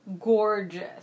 gorgeous